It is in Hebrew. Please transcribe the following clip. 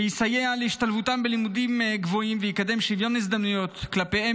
ויסייע להשתלבותם בלימודים גבוהים ויקדם שוויון הזדמנויות כלפיהם,